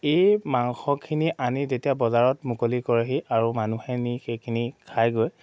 এই মাংসখিনি আনি তেতিয়া বজাৰত মুকলি কৰেহি আৰু মানুহে নি সেইখিনি খাই গৈ